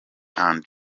and